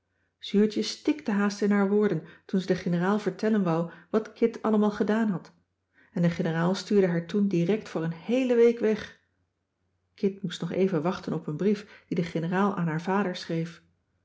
zuurtje stikte haast in haar woorden toen ze de generaal vertellen wou wat kit allemaal gedaan had en de generaal stuurde haar toen direct voor een heele week weg kit moest nog even wachten op een brief die de generaal aan haar vader schreef